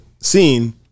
scene